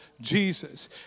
Jesus